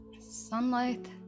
Sunlight